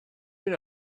mynd